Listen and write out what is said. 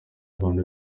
bantu